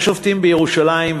יש שופטים בירושלים,